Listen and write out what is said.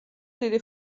დიდი